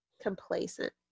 complacent